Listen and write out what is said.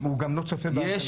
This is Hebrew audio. הוא גם לא צופה בהפגנה.